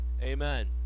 Amen